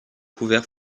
couvert